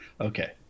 Okay